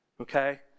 okay